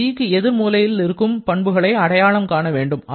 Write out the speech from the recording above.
இந்த gக்கு எதிர் மூலைகளில் இருக்கும் பண்புகளை அடையாளம் காண வேண்டும்